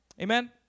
Amen